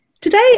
Today